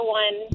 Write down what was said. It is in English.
one